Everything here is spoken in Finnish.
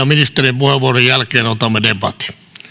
ministerin puheenvuoron jälkeen otamme debatin